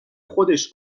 خودش